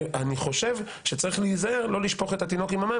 אני חושב שצריך להיזהר לא לשפוך את התינוק עם המים